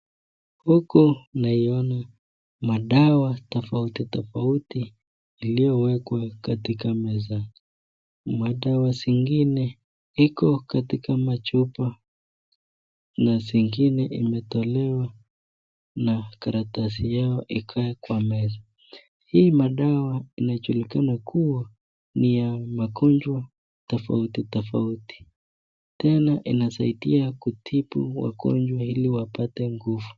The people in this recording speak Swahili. Huku, naiona madawa tofauti tofauti iliyowekwa katika meza. Madawa zingine iko katika machupa, na zingine imetolewa na karatasi yao ikae kwa meza. Hii madawa inajulikana kuwa ni ya magonjwa tofauti tofauti. Tena, inasaidia kutibu wagonjwa ili wapate nguvu.